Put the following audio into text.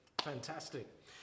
Fantastic